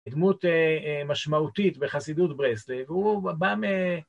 ‫דמות משמעותית בחסידות ברסלב, ‫והוא בא מ...